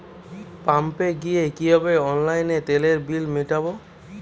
পাম্পে গিয়ে কিভাবে অনলাইনে তেলের বিল মিটাব?